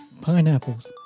Pineapples